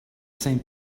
same